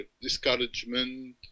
discouragement